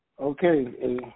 Okay